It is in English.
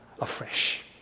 afresh